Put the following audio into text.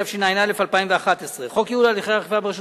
התשע"א 2011. חוק ייעול הליכי האכיפה ברשות